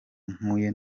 mpuye